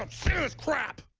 um serious crap!